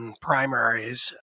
primaries